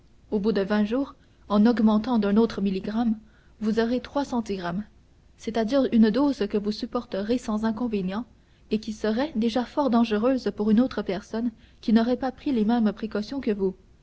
au bout de vingt jours en augmentant d'un autre milligramme vous aurez trois centigrammes c'est-à-dire une dose que vous supporterez sans inconvénient et qui serait déjà fort dangereuse pour une autre personne qui n'aurait pas pris les mêmes précautions que vous